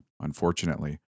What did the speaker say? Unfortunately